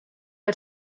der